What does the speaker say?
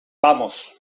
vamos